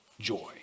Joy